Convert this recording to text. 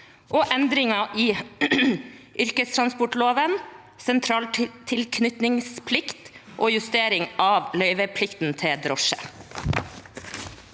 Endringer i yrkestransportloven (sentraltilknytningsplikt og justering av løyveplikten for drosje)